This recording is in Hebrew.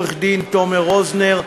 עורך-דין תומר רוזנר,